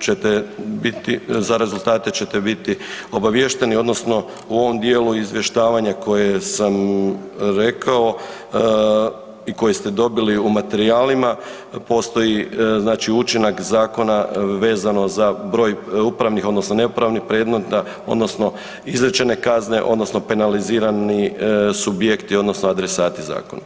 ćete biti, za rezultate ćete biti obaviješteni, odnosno u ovom dijelu izvještavanja koje sam rekao i koje ste dobili u materijalima, postoji znači učinak zakona vezano za broj upravnih odnosno neupravnih predmeta, odnosno izrečene kazne odnosno penalizirani subjekti odnosno adresati zakona.